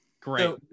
great